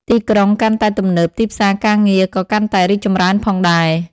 ទីក្រុងកាន់តែទំនើប ទីផ្សារការងារក៏កាន់តែរីកចម្រើនផងដែរ។